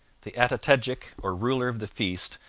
the atoctegic, or ruler of the feast,